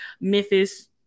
Memphis